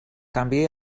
canvi